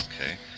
Okay